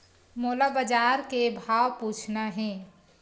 मोला बजार के भाव पूछना हे?